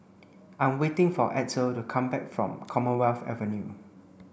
I'm waiting for Edsel to come back from Commonwealth Avenue